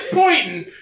pointing